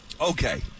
Okay